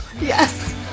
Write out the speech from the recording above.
yes